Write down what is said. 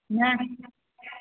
न